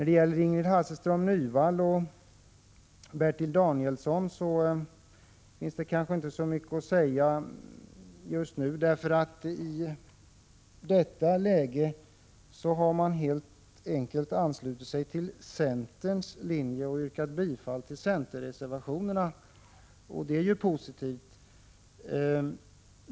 Det finns inte så mycket att säga just nu till Ingrid Hasselström Nyvall och Bertil Danielsson, för de har helt enkelt anslutit sig till centerns linje och yrkat bifall till centerreservationerna. Det är positivt.